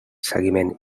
seguiment